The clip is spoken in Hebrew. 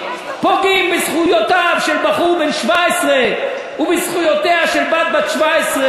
פוגעים בזכויותיו של בחור בן 17 ובזכויותיה של בת 17,